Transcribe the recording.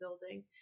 building